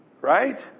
right